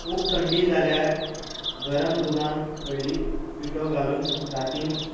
खूब थंडी जाल्यार गरम दुदांत हळदी पिठो घालून रातीन